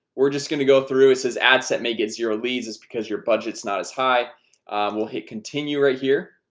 we're just going to go through it says add set make it zero leads it's because your budgets not as high will hit continue right here